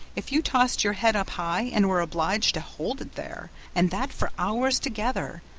if you tossed your head up high and were obliged to hold it there, and that for hours together,